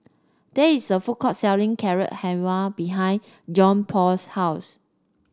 there is a food court selling Carrot Halwa behind Johnpaul's house